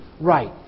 right